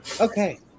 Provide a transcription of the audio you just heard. Okay